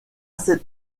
cet